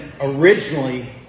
originally